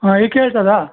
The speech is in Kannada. ಹಾಂ ಈಗ ಕೇಳ್ತದಾ